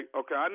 okay